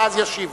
ואז ישיבו.